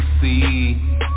see